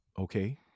Okay